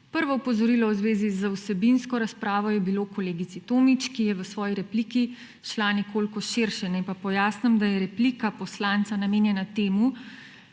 Prvo opozorilo v zvezi z vsebinsko razpravo je bilo kolegici Tomić, ki je v svoji repliki šla nekoliko širše. Naj pa pojasnim, da je replika poslanca namenjena temu,